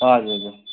हजुर हजुर